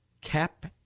cap